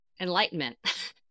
enlightenment